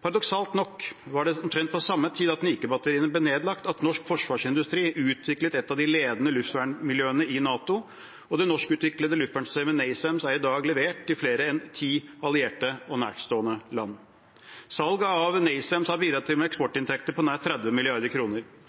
Paradoksalt nok var det omtrent på samme tid som NIKE-batteriene ble nedlagt, at norsk forsvarsindustri utviklet et av de ledende luftvernmiljøene i NATO, og det norskutviklede luftfartssystemet NASAMS er i dag levert til flere enn ti allierte og nærstående land. Salget av NASAMS har bidratt med eksportinntekter på nær 30